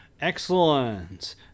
Excellent